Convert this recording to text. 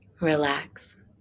Relax